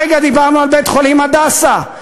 הרגע דיברנו על בית-חולים "הדסה"